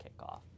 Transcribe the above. kickoff